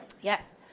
Yes